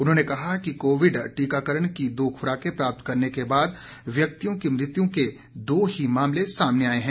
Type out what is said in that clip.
उन्होंने कहा कि कोविड टीकाकरण की दो खुराकें प्राप्त करने के बाद व्यक्तियों की मृत्यु के दो ही मामले सामने आए हैं